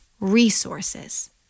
resources